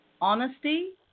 honesty